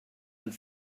and